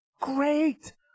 great